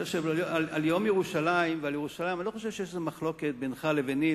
על יום ירושלים ועל ירושלים אני לא חושב שיש מחלוקת בינך לביני,